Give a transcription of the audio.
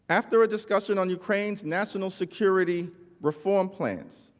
after ah discussion on ukraine's national security reform plans.